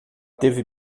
teve